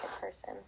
person